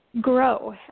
grow